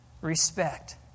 Respect